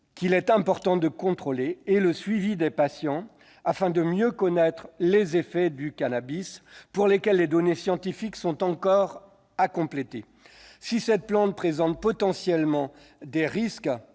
distribution, ainsi qu'un suivi des patients, afin de mieux connaître les effets du cannabis, pour lesquels les données scientifiques doivent encore être complétées. Si cette plante présente potentiellement des risques